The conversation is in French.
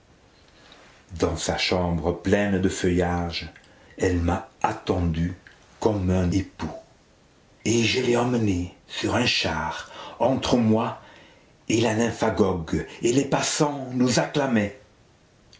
dans sa chambre pleine de feuillages elle m'a attendue comme un époux et je l'ai emmenée sur un char entre moi et la nymphagogue et les passants nous acclamaient